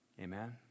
Amen